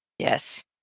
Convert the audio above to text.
Yes